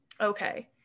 okay